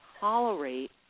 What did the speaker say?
tolerate